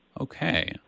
Okay